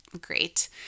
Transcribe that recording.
great